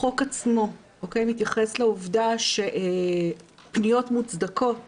החוק עצמו מתייחס לעובדה שפניות מוצדקות